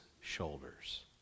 shoulders